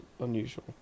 unusual